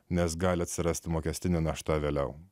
nes gali atsirasti mokestinė našta vėliau